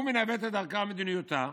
הוא מנווט את דרכה ומדיניותה".